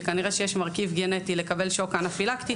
שכנראה שיש מרכיב גנטי לקבל שוק אנפילקטי,